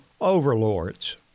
overlords